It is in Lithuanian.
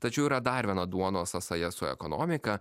tačiau yra dar viena duonos sąsaja su ekonomika